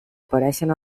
apareixen